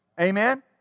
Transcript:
Amen